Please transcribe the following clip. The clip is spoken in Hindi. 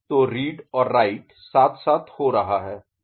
तो रीड और राइट साथ साथ हो रहा है